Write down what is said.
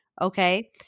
Okay